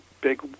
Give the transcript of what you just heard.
big